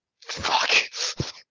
Fuck